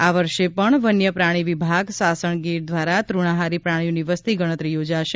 આ વર્ષે પણ વન્ય પ્રાણી વિભાગ સાસણ ગીર દ્વારા ત્રણાહારી પ્રાણીઓની વસ્તી ગણતરી યોજાશે